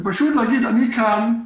ופשוט להגיד: אני כאן,